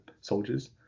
soldiers